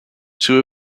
two